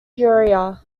peoria